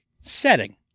Setting